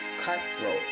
cutthroat